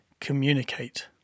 communicate